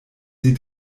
sie